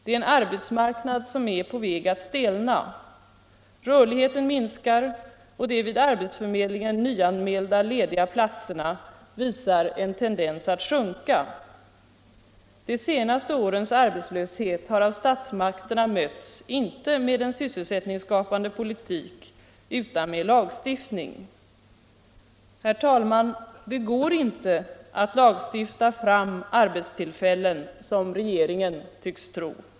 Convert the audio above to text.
Det är en arbetsmarknad som är på väg att stelna. Rörligheten minskar och de vid arbetsförmedlingen nyanmälda lediga platserna visar en tendens att sjunka. De senaste årens arbetslöshet har av statsmakterna mötts inte med en sysselsättningsskapande politik utan med lagstiftning. Herr talman! Det går inte att lagstifta fram arbetstillfällen som regeringen tycks tro.